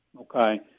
okay